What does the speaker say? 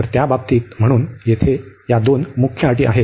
तर त्या बाबतीत म्हणून येथे या दोन मुख्य अटी आहेत